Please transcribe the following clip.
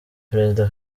perezida